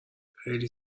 خیلی